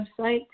website